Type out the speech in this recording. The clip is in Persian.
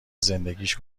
زندگیش